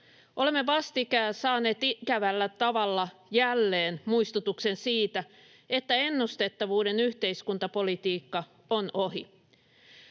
Olemme vastikään saaneet ikävällä tavalla jälleen muistutuksen siitä, että ennustettavuuden yhteiskuntapolitiikka on ohi.